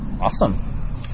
Awesome